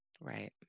right